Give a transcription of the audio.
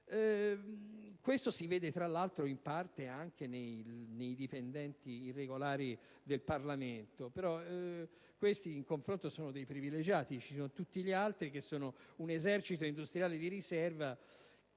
Questo si vede tra l'altro, in parte, anche nei dipendenti irregolari del Parlamento, però, in confronto, questi sono dei privilegiati. Ci sono tutti gli altri che sono un esercito industriale di riserva,